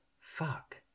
fuck